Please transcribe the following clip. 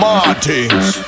Martins